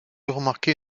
remarquer